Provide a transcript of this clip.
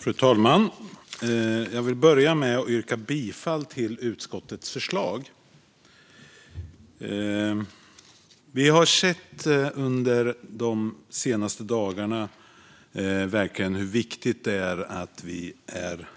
Fru talman! Jag vill börja med att yrka bifall till utskottets förslag. Vi har under de senaste dagarna sett hur viktigt det är att vi är